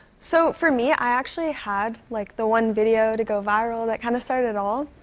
so, for me, i actually had like the one video to go viral that kind of started it all.